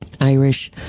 Irish